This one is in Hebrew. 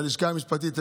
ללשכה המשפטית,